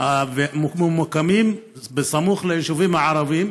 מוקמים בסמוך ליישובים הערביים,